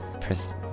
press